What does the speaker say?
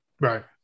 Right